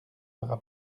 fera